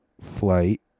Flight